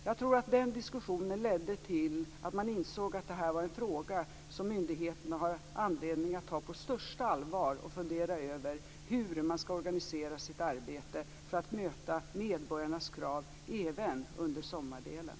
Jag tror att den diskussionen ledde till att man insåg att det här är en fråga som myndigheterna har anledning att ta på största allvar och att man måste fundera över hur man skall organisera sitt arbete för att möta medborgarnas krav även under sommaren.